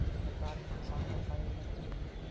सरकार ह किसान बर का योजना खोले हे?